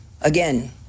again